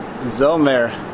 Zomer